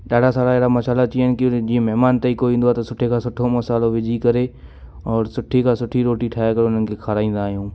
ॾाढा सारा अहिड़ा मसाला अची विया आहिनि की जीअं महिमान ताईं कोई ईंदो आहे त सुठे खां सुठो मसालो विझी करे औरि सुठे खां सुठी रोटी ठाहे करे हुननि खे खाराईंदा आहियूं